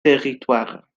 territoire